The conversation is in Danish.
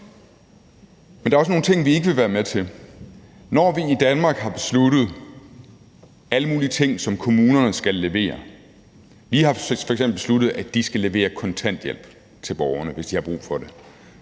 Men der er også nogle ting, vi ikke vil være med til. Når vi i Danmark har besluttet alle mulige ting, som kommunerne skal levere, og når vi f.eks. har besluttet, at de skal levere kontanthjælp til borgerne, hvis de har brug for det,